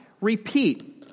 Repeat